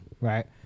right